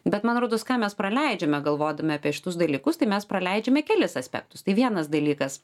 bet man rodos ką mes praleidžiame galvodami apie šitus dalykus tai mes praleidžiame kelis aspektus tai vienas dalykas